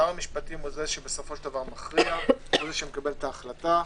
שר המשפטים הוא זה שמכריע, שמקבל את ההחלטה.